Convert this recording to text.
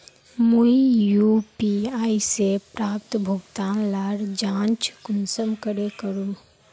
मुई यु.पी.आई से प्राप्त भुगतान लार जाँच कुंसम करे करूम?